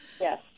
Yes